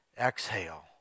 Exhale